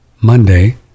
Monday